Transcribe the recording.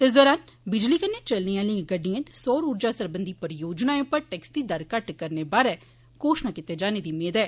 इस दौरान बिजली कन्नै चलने आली गड्डिए ते सौर ऊर्जा सरबंधी परियोजनाएं उप्पर टैक्स दी दर घट्ट करने बारै घोषणा कीत्ते जाने दी मेद ऐ